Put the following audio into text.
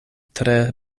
tre